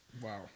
wow